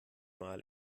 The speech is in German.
mal